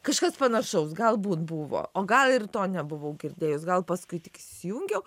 kažkas panašaus galbūt buvo o gal ir to nebuvau girdėjus gal paskui tik įsijungiau